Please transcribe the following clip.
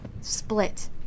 split